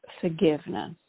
forgiveness